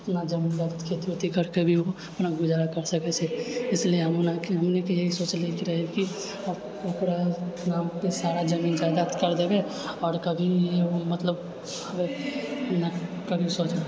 जितना जमीन घर पे भी गुजारा कर सकैत छै इसलिए हमनीके इएह सोचले रही कि अपना सारा जमीन जायदाद कए देबै आओर कभी मतलब